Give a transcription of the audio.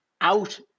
out